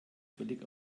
völlig